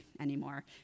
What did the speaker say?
anymore